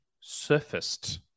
surfaced